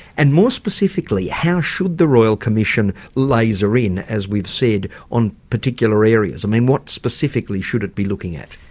and more specifically, how should the royal commission laser-in as we've said, on particular areas? i mean, what specifically should it be looking at?